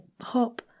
hop